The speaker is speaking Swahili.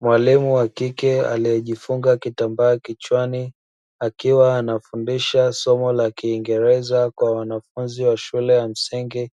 mwalimu wa kike aliejifunga kitambaa kichwani akiwa anafundisha somo la kiingereza kwa wanafunzi wa shule ya msingi